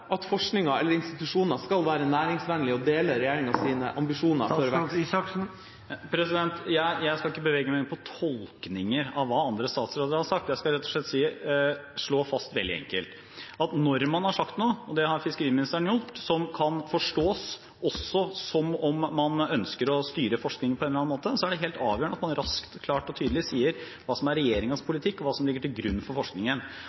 at forskning eller institusjoner skal være næringsvennlige og dele regjeringas ambisjoner for vekst? Jeg skal ikke bevege meg inn på tolkninger av hva andre statsråder har sagt, jeg skal rett og slett slå fast veldig enkelt at når man har sagt noe – det har fiskeriministeren gjort – som kan forstås også som om man ønsker å styre forskningen på en eller annen måte, er det helt avgjørende at man raskt klart og tydelig sier hva som er regjeringens politikk, og hva som ligger til grunn for forskningen.